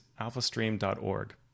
alphastream.org